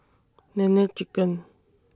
Nene Chicken